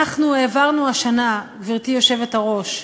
העברנו השנה, גברתי היושבת-ראש,